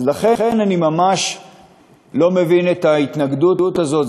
לכן, אני ממש לא מבין את ההתנגדות הזאת.